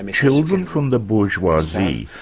um children from the bourgeoisie,